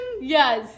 yes